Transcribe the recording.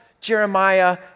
Jeremiah